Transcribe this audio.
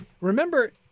Remember